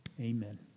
Amen